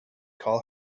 call